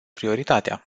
prioritatea